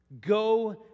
Go